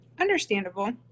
understandable